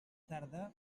tarda